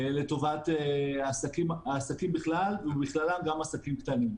לטובת העסקים בכלל, ובכללם גם עסקים קטנים.